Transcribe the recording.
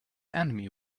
enemy